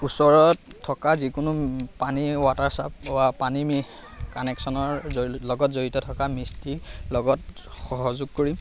ওচৰত থকা যিকোনো পানী ৱাটাৰ চাপ পানী কানেকশ্যনৰ লগত জড়িত থকা মিষ্টিৰ লগত সহযোগ কৰিম